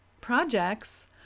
projects